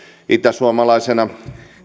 itäsuomalaisena